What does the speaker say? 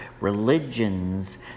religions